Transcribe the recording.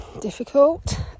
difficult